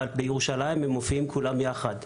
אבל בירושלים הם מופיעים כולם יחד.